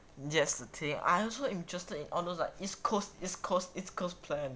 yes the thing I also interested in all those east coast east coast east coast plan